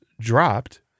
dropped